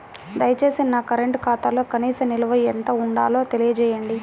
దయచేసి నా కరెంటు ఖాతాలో కనీస నిల్వ ఎంత ఉండాలో తెలియజేయండి